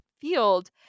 field